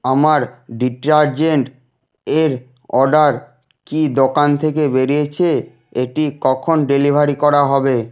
আমার ডিটারজেন্ট এর অর্ডার কি দোকান থেকে বেরিয়েছে এটি কখন ডেলিভারি করা হবে